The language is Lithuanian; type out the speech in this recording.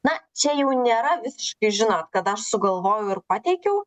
na čia jau nėra visiškai žinot kad aš sugalvojau ir pateikiau